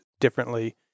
differently